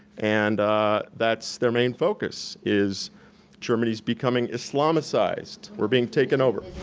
and that's their main focus is germany is becoming islamacized. we're being taken over.